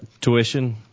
tuition